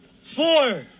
Four